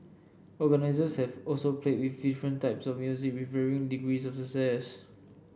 organisers have also played with different types of music with varying degrees of success